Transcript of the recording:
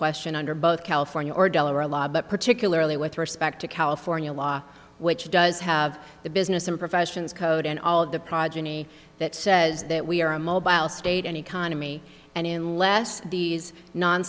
question under both california or delaware a law but particularly with respect to california law which does have the business and professions code and all of the progeny that says that we are immobile state and economy and in less these non